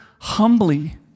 humbly